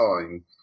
time